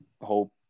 hope